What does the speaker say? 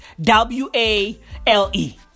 W-A-L-E